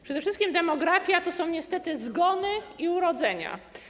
Przede wszystkim demografia to są niestety zgony i urodzenia.